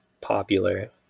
popular